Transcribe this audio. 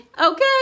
okay